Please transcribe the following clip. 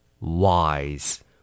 Wise